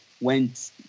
went